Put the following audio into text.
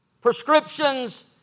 prescriptions